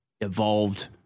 evolved